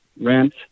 rent